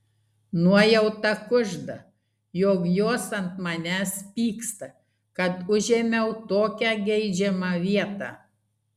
nuojauta kužda jog jos ant manęs pyksta kad užėmiau tokią geidžiamą vietą